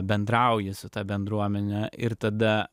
bendrauji su ta bendruomene ir tada